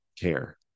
care